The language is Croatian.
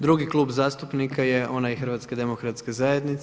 Drugi Klub zastupnika je onaj HDZ-a.